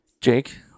Jake